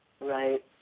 Right